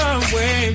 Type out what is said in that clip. away